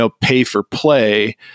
pay-for-play